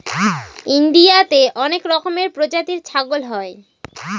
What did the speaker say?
ইন্ডিয়াতে অনেক রকমের প্রজাতির ছাগল হয়